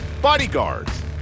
Bodyguards